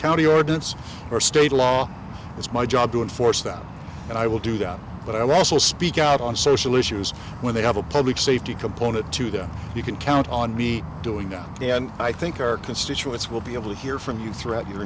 county ordinance or state law it's my job to enforce that and i will do that but i will also speak out on social issues when they have a public safety component to them you can count on me doing that and i think our constituents will be able to hear from you throughout your